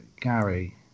Gary